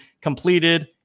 completed